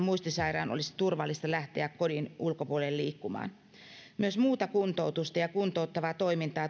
muistisairaan olisi turvallista lähteä kodin ulkopuolelle liikkumaan myös muuta kuntoutusta ja kuntouttavaa toimintaa